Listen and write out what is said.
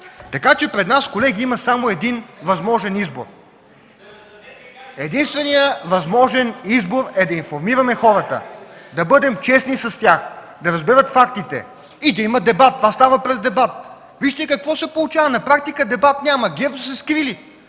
така че пред нас, колеги, има само един възможен избор. Единственият възможен избор е да информираме хората, да бъдем честни с тях, да разберат фактите и да има дебат. Това става през дебат. Вижте какво се получава – на практика дебат няма. ГЕРБ са се скрили,